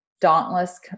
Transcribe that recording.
Dauntless